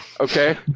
okay